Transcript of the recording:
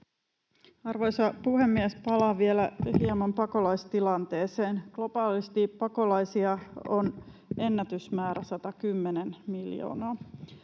Arvoisa puhemies! Palaan vielä hieman pakolaistilanteeseen. Globaalisti pakolaisia on ennätysmäärä: 110 miljoonaa.